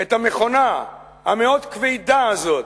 את המכונה המאוד כבדה הזאת,